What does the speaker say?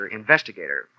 investigator